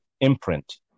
imprint